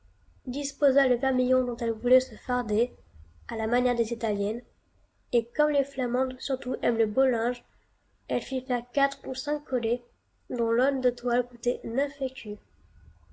disposa le vermillon dont elle voulait se farder à la manière des italiennes et comme les flamandes surtout aiment le beau linge elle fit faire quatre ou cinq collets dont l'aune de toile coûtait neuf écus